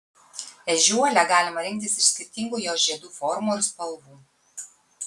ežiuolę galima rinktis iš skirtingų jos žiedų formų ir spalvų